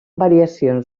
variacions